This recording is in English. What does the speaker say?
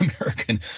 American